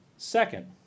Second